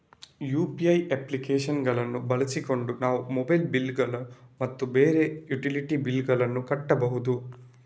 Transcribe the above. UPI application ಗಳನ್ನು ಬಳಸಿಕೊಂಡು ನಾವು ಮೊಬೈಲ್ ಬಿಲ್ ಗಳು ಮತ್ತು ಬೇರೆ ಯುಟಿಲಿಟಿ ಬಿಲ್ ಗಳನ್ನು ಕಟ್ಟಬಹುದು